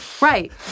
Right